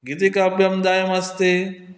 गीतिकाव्यादयमस्ति